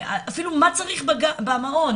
אפילו מה צריך במעון.